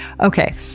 Okay